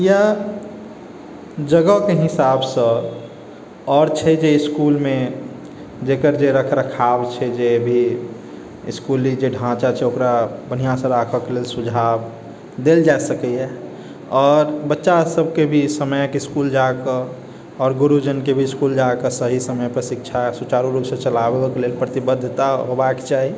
या जगहके हिसाबसँ आओर छै जे इसकुलमे जेकर जे रख रखाव छै जे भी इसकुल जे ढाँचा छै ओकरा बढ़िआँसँ राखऽके लेल सुझाव देल जा सकैए आओर बच्चा सबके भी समयपर इसकुल जाके आओर गुरु जनके भी इसकुल जाके सही समयपर शिक्षा सुचारू रूपसँ चलाबैके लेल प्रतिबद्धता हेबाके चाही